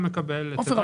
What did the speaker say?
עופר,